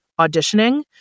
auditioning